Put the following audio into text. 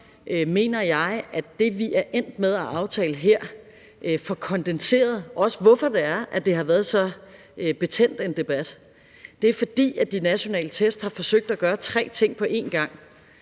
mener jeg, at det, vi er endt med at aftale her, også får kondenseret, hvorfor det har været så betændt en debat; det er, fordi de nationale test har forsøgt at gøre tre ting på en gang.